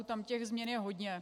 Tam těch změn je hodně.